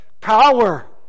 power